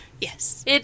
Yes